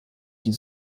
die